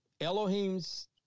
Elohim's